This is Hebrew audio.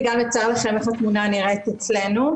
גם לצייר לכם איך התמונה נראית אצלנו.